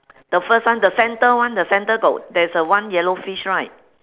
the first one the center one the center got there's a one yellow fish right